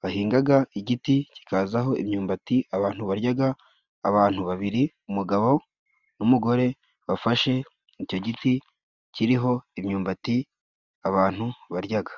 bahingaga, igiti kikazaho imyumbati abantu baryaga. Abantu babiri, umugabo n'umugore bafashe icyo giti kiriho imyumbati abantu baryaga.